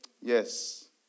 Yes